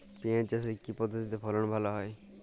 পিঁয়াজ চাষে কি পদ্ধতিতে ফলন ভালো হয়?